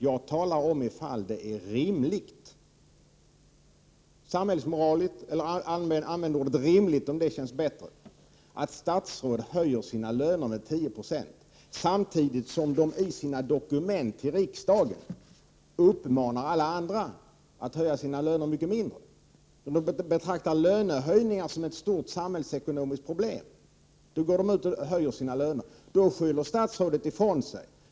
Jag talar om huruvida det är samhällsmoraliskt riktigt, eller rimligt, om det ordet känns bättre, att statsråd höjer sina löner med 10 96 samtidigt som de i sina dokument till riksdagen uppmanar alla andra att höja sina löner mycket mindre. De betraktar lönehöjningar som ett stort samhällsekonomiskt problem, men de höjer sina egna löner. Då skyller statsrådet ifrån sig.